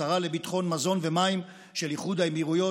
השרה לביטחון מזון ומים של איחוד האמירויות,